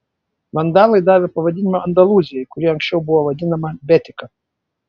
vandalai davė pavadinimą andalūzijai kuri anksčiau buvo vadinama betika